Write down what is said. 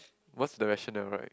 what's the rationale right